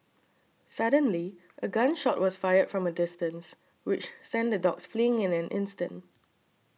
suddenly a gun shot was fired from a distance which sent the dogs fleeing in an instant